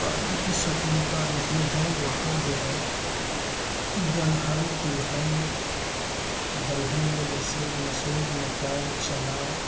पानी की संकुलता नहीं है वहाँ जो है दलहन तिलहन दलहन में जैसे मसूर मटर चना